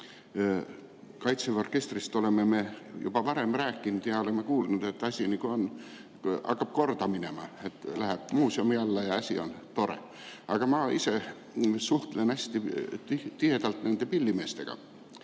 Kaitseväe orkestrist oleme me juba varem rääkinud ja oleme kuulnud, et asi hakkab nagu korda minema, orkester läheb muuseumi alla ja asi on tore. Aga ma ise suhtlen hästi tihedalt nende pillimeestega,